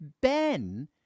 Ben